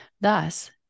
thus